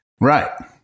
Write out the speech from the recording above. Right